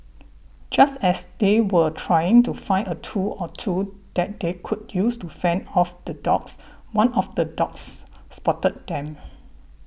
just as they were trying to find a tool or two that they could use to fend off the dogs one of the dogs spotted them